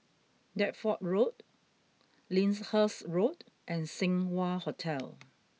Deptford Road Lyndhurst Road and Seng Wah Hotel